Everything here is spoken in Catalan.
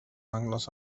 angles